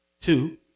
Two